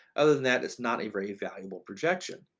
other than that, it's not a very valuable projection.